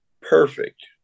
perfect